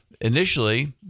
initially